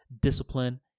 discipline